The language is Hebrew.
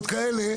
אותה.